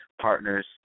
partners